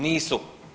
Nisu.